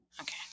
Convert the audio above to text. okay